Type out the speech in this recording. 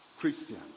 Christian